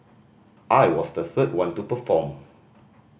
I was the third one to perform